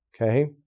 okay